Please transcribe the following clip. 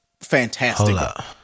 fantastic